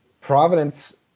Providence